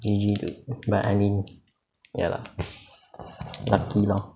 G_G but I mean ya lah lucky lah